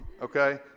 okay